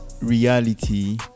reality